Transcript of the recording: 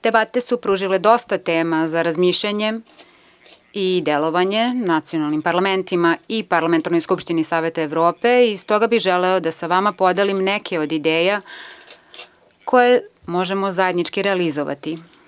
Debate su pružile dosta tema za razmišljanje i delovanje nacionalnim parlamentima i Parlamentarnoj skupštini Saveta Evrope i stoga bih želeo da sa vama podelim neke od ideja koje možemo zajednički realizovati.